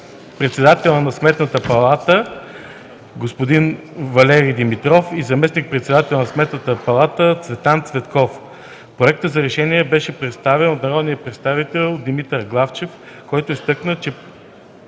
председателят на Сметната палата господин Валери Димитров и заместник-председателят на Сметната палата Цветан Цветков. Проектът за решение беше представен от народния представител Димитър Главчев, който изтъкна, че